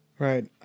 Right